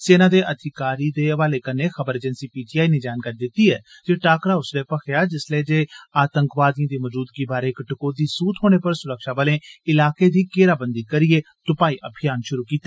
सेना दे अधिकारी दे हवाले कन्नै खबर एजेंसी पीटीआई नै जानकारी दित्ती ऐ जे एह टाकरा उसलै भखेया जिसलै जे आतंकवादियें दी मजूदगी बारै इक टकोहदी सूह थ्होने पर सुरक्षाबलें इलाके दी घेराबंदी करियै तुपाई अभियान षुरू कीता